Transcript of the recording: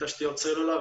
תשתיות סלולר.